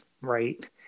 right